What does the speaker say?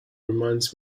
reminds